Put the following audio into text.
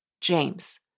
James